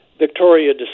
Victoria